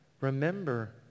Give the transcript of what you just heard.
remember